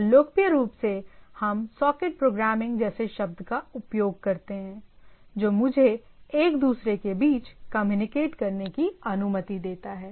और लोकप्रिय रूप से हम सॉकेट प्रोग्रामिंग जैसे शब्द का उपयोग करते हैं जो मुझे एक दूसरे के बीच कम्युनिकेट करने की अनुमति देता है